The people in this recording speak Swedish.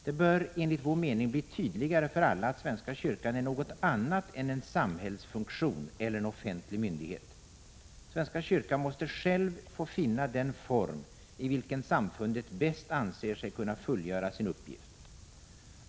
Det bör enligt vår mening bli tydligare för alla att svenska kyrkan är något annat än en samhällsfunktion eller en offentlig myndighet. Svenska kyrkan måste själv finna den form i vilken samfundet bäst anser sig kunna fullgöra sin uppgift.